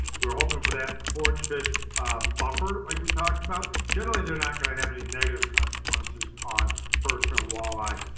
we're hoping for that forage fish buffer like we talked about. generally, they're not going to have any negative consequences on perch and walleye.